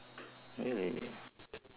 really